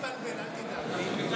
לא נתבלבל, אל תדאג.